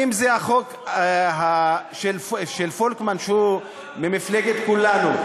אם זה החוק של פולקמן, שהוא ממפלגת כולנו,